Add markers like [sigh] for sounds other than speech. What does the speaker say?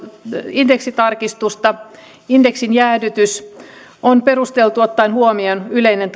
indeksitarkistusta indeksin jäädytys on perusteltu ottaen huomioon yleinen [unintelligible]